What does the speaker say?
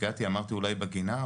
הגעתי אמרתי אולי בגינה,